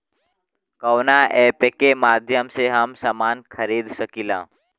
कवना ऐपके माध्यम से हम समान खरीद सकीला?